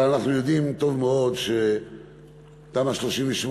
אבל אנחנו יודעים טוב מאוד שתמ"א 38,